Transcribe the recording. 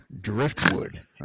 Driftwood